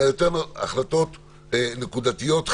אלא יותר החלטות נקודתיות,